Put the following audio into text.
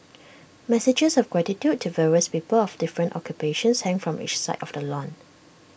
messages of gratitude to various people of different occupations hang from each side of the lawn